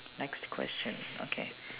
next question okay